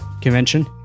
convention